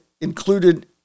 included